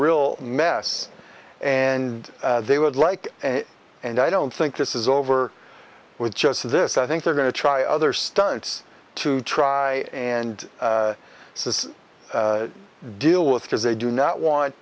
real mess and they would like and i don't think this is over with just this i think they're going to try other stunts to try and this deal with because they do not want